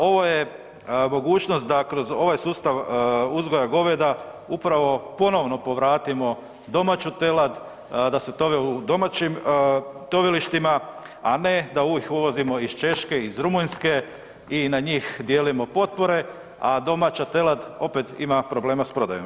Ovo je mogućnost da kroz ovaj sustav uzgoja goveda upravo ponovno povratimo domaću telad da se tove u domaćim tovilištima, a ne da ih uvozimo iz Češke, iz Rumunjske i na njih dijelimo potpore a domaća telad opet ima problema s prodajom.